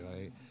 right